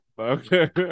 Okay